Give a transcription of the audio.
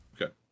Okay